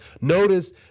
Notice